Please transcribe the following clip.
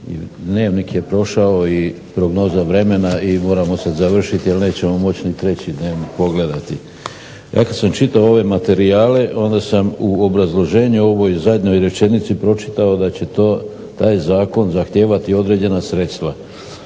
Dnevnik je prošao i prognoza vremena i moramo se završiti, jer nećemo moći ni treći dnevnik pogledati. Ja kad sam čitao ove materijale, onda sam u obrazloženju, u ovoj zadnjoj rečenici pročitao da će to, taj zakon zahtijevati određena sredstva.